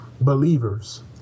believers